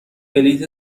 بلیط